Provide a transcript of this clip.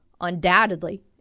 undoubtedly